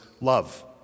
love